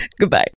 Goodbye